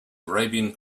arabian